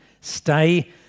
Stay